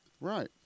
Right